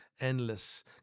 endless